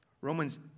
Romans